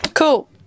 Cool